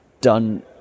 done